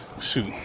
Shoot